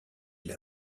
l’a